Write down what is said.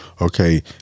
okay